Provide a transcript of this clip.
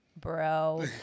Bro